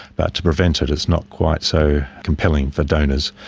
but to prevent it is not quite so compelling for donors.